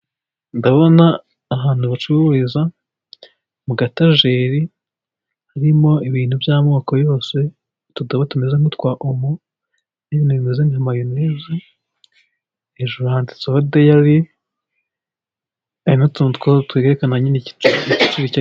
Ndabona ahantu bacururiza mu gatajeri, harimo ibintu by'amoko yose, utudobo tumeze nk'utwa omo, n'ibintu bimeze nka mayoneze hejuru handitseho dayari, hari n'utuntu two twerekana nyine igiciro.